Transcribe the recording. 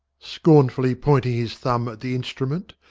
scornfully pointing his thumb at the instrument,